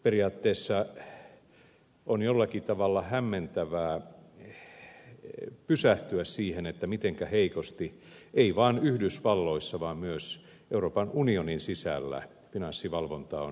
periaatteessa on jollakin tavalla hämmentävää pysähtyä siihen mitenkä heikosti ei vaan yhdysvalloissa vaan myös euroopan unionin sisällä finanssivalvonta on hoidettu